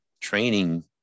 training